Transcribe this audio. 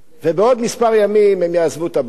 ובעוד כמה ימים הם יעזבו את הבית,